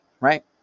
right